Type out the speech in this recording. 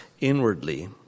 inwardly